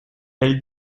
elle